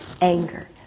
anger